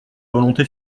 volonté